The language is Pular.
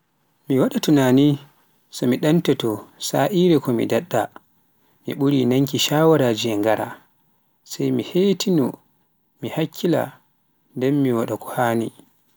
mi waɗa tunani so me ɗaanoto sa'ire ko mi daɗɗata, mi ɓuri nan ki shawaraji e ngara, sai hetino mi hakkila nden mi waɗa ko haani.